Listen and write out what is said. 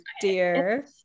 dear